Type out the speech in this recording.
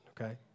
okay